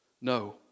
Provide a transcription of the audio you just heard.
No